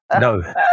No